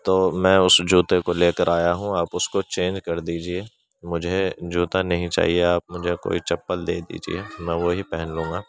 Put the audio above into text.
تو میں اس جوتے کو لے کر آیا ہوں آپ اس کو چینج کر دیجیے مجھے جوتا نہیں چاہیے آپ مجھے کوئی چپل دے دیجیے میں وہی پہن لوں گا